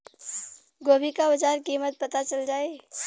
गोभी का बाजार कीमत पता चल जाई?